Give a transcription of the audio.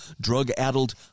drug-addled